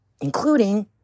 Including